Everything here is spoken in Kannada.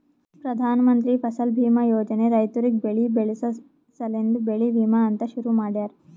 ಪ್ರಧಾನ ಮಂತ್ರಿ ಫಸಲ್ ಬೀಮಾ ಯೋಜನೆ ರೈತುರಿಗ್ ಬೆಳಿ ಬೆಳಸ ಸಲೆಂದೆ ಬೆಳಿ ವಿಮಾ ಅಂತ್ ಶುರು ಮಾಡ್ಯಾರ